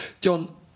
John